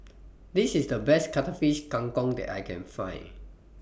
This IS The Best Cuttlefish Kang Kong that I Can Find